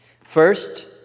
First